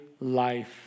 life